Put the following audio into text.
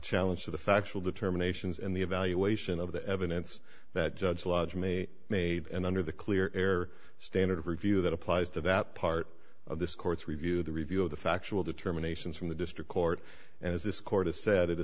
challenge to the factual determinations in the evaluation of the evidence that judge lodge me made and under the clear air standard of review that applies to that part of this court's review the review of the factual determinations from the district court and as this co